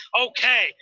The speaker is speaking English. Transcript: okay